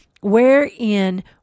wherein